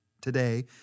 today